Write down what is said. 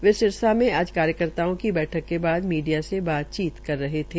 वे सिरसा में आज कार्यकर्ताओं की बैठक के बाद मीडिया से बातचीत रहे थे